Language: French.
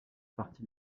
parti